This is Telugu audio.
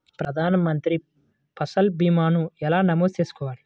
ప్రధాన మంత్రి పసల్ భీమాను ఎలా నమోదు చేసుకోవాలి?